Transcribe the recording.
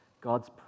God's